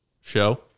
show